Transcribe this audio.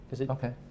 Okay